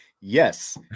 Yes